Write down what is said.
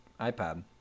iPad